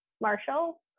Marshall